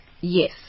Yes